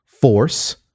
force